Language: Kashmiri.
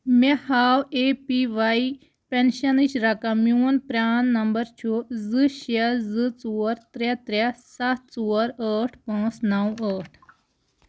مےٚ ہاو اے پی واے پینشنٕچ رقم میون پران نمبر چھُ زٕ شےٚ زٕ ژور ترٛےٚ ترٛےٚ سَتھ ژور ٲٹھ پانٛژھ نو ٲٹھ